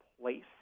place